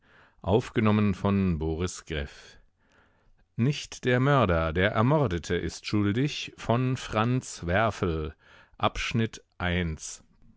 nicht der mörder der ermordete ist schuldig by franz werfel